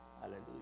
Hallelujah